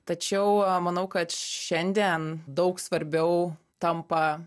tačiau manau kad šiandien daug svarbiau tampa